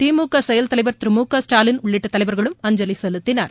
திமுக செயல் தலைவர் திரு மு க ஸ்டாலின் உள்ளிட்ட தலைவர்களும் அஞ்சலி செலுத்தினர்